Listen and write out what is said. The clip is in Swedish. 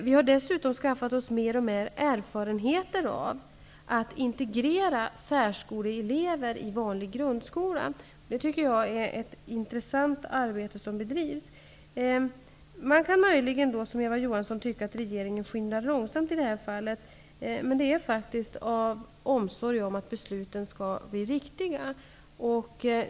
Vi har dessutom skaffat oss allt större erfarenhet av att integrera särskoleelever i vanlig grundskola. Det är ett intressant arbete som bedrivs. Man kan möjligen tycka, som Eva Johansson, att regeringen i detta fall skyndar långsamt. Det görs av omsorg om att besluten skall bli riktiga.